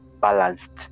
balanced